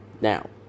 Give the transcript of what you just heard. now